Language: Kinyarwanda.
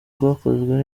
bwakozwe